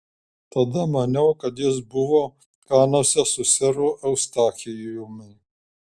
tada maniau kad jis buvo kanuose su seru eustachijumi